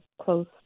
close